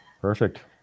perfect